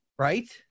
right